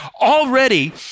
already